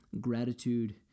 gratitude